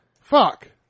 Fuck